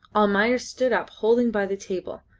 almayer stood up holding by the table.